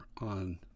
on